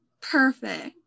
Perfect